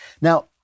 Now